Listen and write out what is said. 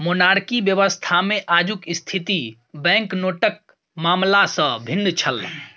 monarchy व्यवस्थामे आजुक स्थिति बैंकनोटक मामला सँ भिन्न छल